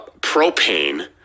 propane